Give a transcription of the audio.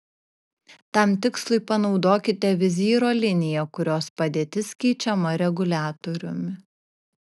tam tikslui panaudokite vizyro liniją kurios padėtis keičiama reguliatoriumi